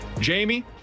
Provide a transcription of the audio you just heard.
Jamie